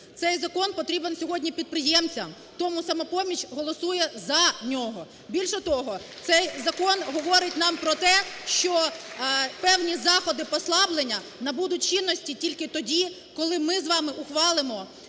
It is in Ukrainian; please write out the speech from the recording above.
Цей закон потрібен сьогодні підприємцям. Тому "Самопоміч" голосує за нього. Більше того, цей закон говорить нам про те, що певні заходи послаблення набудуть чинності тільки тоді, коли ми з вами ухвалимо